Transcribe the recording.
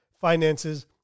finances